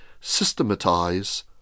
systematize